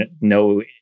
no